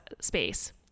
space